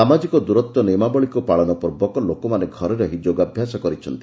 ସାମାଜିକ ଦୂରତ୍ ନିୟମାବଳୀକୁ ପାଳନ ପୂର୍ବକ ଲୋକମାନେ ଘରେ ରହି ଯୋଗାଭ୍ୟାସ କରିଛନ୍ତି